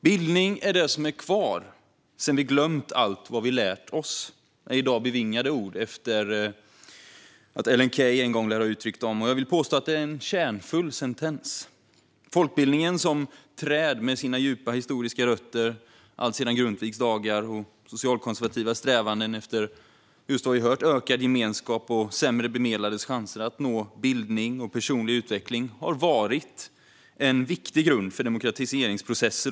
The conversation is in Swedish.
"Bildning är det som är kvar sedan vi glömt allt vad vi lärt oss" är bevingade ord som Ellen Key en gång lär ha yttrat. Jag vill påstå att det är en kärnfull sentens. Folkbildningen - ett träd med djupa historiska rötter sedan Grundtvigs dagar och socialkonservativa strävanden efter ökad gemenskap och sämre bemedlades chanser att nå bildning och personlig utveckling - har varit en viktig grund för demokratiseringsprocesser.